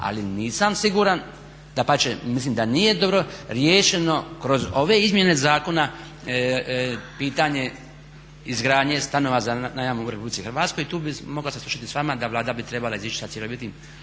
Ali nisam siguran, dapače, mislim da nije dobro riješeno kroz ove izmjene zakona pitanje izgradnje stanova za najam u Republici Hrvatskoj. I tu bih mogao se složiti s vama da Vlada bi trebala izići sa cjelovitim